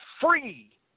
free